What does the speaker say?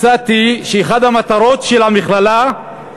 מצאתי שאחת המטרות של המכללה היא